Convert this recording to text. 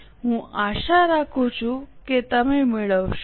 હું આશા રાખું છું કે તમે મેળવશો